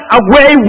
away